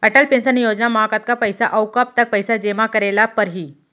Atal Pension Yojana म कतका पइसा, अऊ कब तक पइसा जेमा करे ल परही?